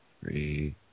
Three